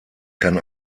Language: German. kann